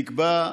נקבע,